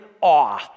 awe